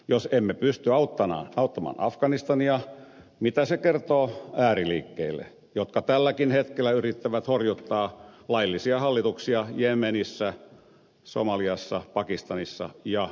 jos emme pysty auttamaan afganistania mitä se kertoo ääriliikkeille jotka tälläkin hetkellä yrittävät horjuttaa laillisia hallituksia jemenissä somaliassa pakistanissa ja muualla